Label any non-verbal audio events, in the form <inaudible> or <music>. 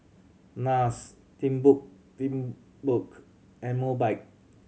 Nars <unintelligible> Timbuk and Mobike